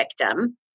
victim